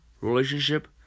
relationship